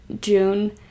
June